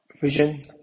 vision